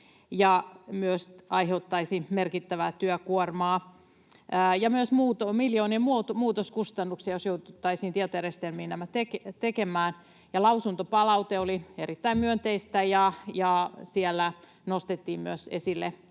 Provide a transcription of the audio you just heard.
Se aiheuttaisi merkittävää työkuormaa ja myös miljoonien muutoskustannuksia, jos jouduttaisiin tietojärjestelmiin nämä tekemään. Lausuntopalaute oli erittäin myönteistä, ja siellä nostettiin myös esille